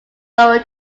lower